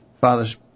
fathers